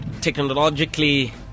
technologically